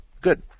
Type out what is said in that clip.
Good